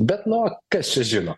bet nu vat kas čia žino